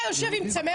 היית